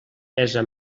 pesa